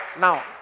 Now